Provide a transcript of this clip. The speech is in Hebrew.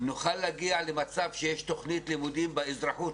נוכל להגיע למשל למצב שיש תוכנית לימודים באזרחות,